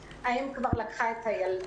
האם אך האם כבר לקחה את הילדה.